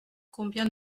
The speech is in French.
combien